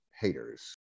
haters